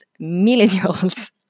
millennials